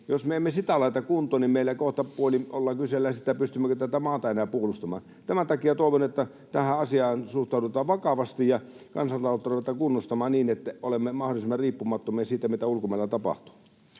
jos me emme sitä laita kuntoon, niin meillä kohtapuolin ollaan kyselemässä sitä, pystymmekö tätä maata enää puolustamaan. Tämän takia toivon, että tähän asiaan suhtaudutaan vakavasti ja kansantaloutta ruvetaan kunnostamaan niin, että olemme mahdollisimman riippumattomia siitä, mitä ulkomailla tapahtuu.